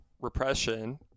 repression